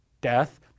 death